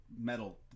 metal